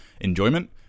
enjoyment